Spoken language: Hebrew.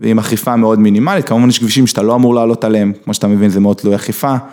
ועם אכיפה מאוד מינימלית, כמובן יש כבישים שאתה לא אמור לעלות עליהם, כמו שאתה מבין זה מאוד תלוי אכיפה.